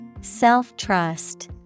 Self-trust